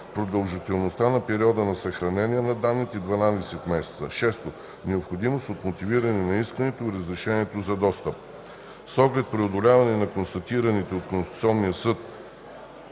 продължителността на периода на съхранение на данните (12 месеца); 6. необходимост от мотивиране на искането и разрешението за достъп. С оглед преодоляване на констатациите от Конституционния съд,